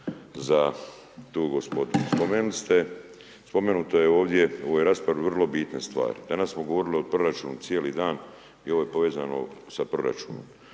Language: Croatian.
za tu gospodu. Spomenuto je ovdje, u ovoj raspravi vrlo bitne stvari, danas smo govorili o proračunu cijeli dan i ovo je povezano sa proračunom.